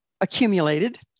accumulated